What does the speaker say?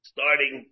Starting